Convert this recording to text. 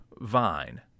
vine